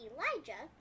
Elijah